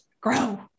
grow